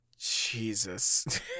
Jesus